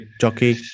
jockey